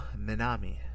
Minami